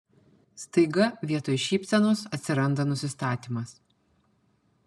staiga vietoj šypsenos atsiranda nusistatymas